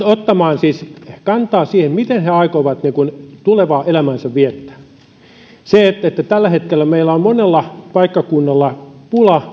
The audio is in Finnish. ottamaan kantaa siihen miten he aikovat tulevaa elämäänsä viettää tällä hetkellä meillä on monella paikkakunnalla pula